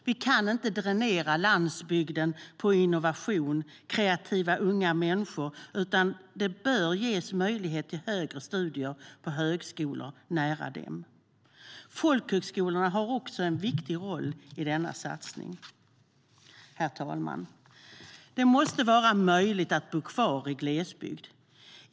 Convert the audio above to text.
Vi kan inte dränera landsbygden på innovation och kreativa unga människor, utan de bör ges möjligheter till högre studier på högskolor nära dem. Folkhögskolorna har också en viktig roll i denna satsning. Herr talman! Det måste vara möjligt att bo kvar i glesbygd.